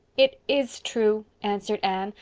it is true, answered anne,